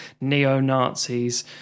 neo-Nazis